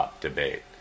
debate